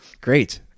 Great